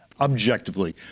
objectively